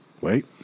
Wait